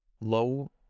low